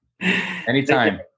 Anytime